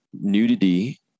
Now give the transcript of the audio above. nudity